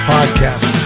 Podcast